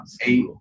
eight